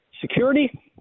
security